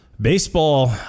Baseball